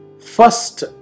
first